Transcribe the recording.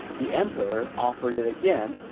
the emperor offered it again,